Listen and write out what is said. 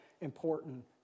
important